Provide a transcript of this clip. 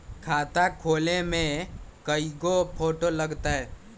खाता खोले में कइगो फ़ोटो लगतै?